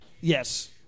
Yes